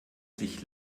sich